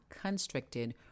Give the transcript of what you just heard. constricted